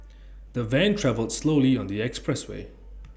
the van travelled slowly on the expressway